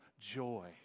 joy